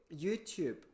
YouTube